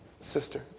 sister